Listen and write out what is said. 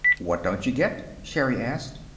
what don't you get? sherri asked.